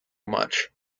much